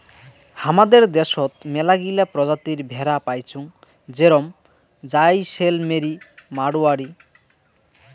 হামাদের দ্যাশোত মেলাগিলা প্রজাতির ভেড়া পাইচুঙ যেরম জাইসেলমেরি, মাড়োয়ারি